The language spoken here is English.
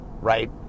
right